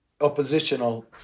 oppositional